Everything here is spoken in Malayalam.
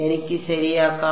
എനിക്ക് ശരിയാക്കാം